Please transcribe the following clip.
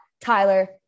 Tyler